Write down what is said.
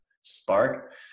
spark